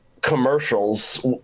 commercials